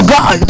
God